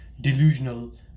delusional